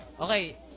Okay